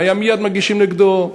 היו מייד מגישים נגדו,